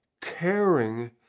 caring